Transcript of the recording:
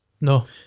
No